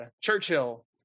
Churchill